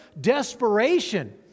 desperation